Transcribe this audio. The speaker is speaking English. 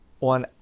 on